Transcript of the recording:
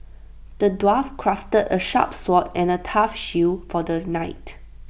the dwarf crafted A sharp sword and A tough shield for the knight